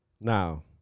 Now